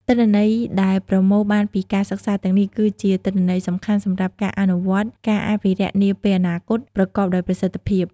ទិន្នន័យដែលប្រមូលបានពីការសិក្សាទាំងនេះ គឺជា ទិន្នន័យសំខាន់សម្រាប់ការអនុវត្តការអភិរក្សនាពេលអនាគត ប្រកបដោយប្រសិទ្ធភាព។